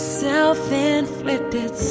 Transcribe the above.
self-inflicted